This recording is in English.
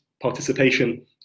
participation